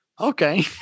okay